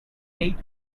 eight